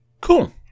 Cool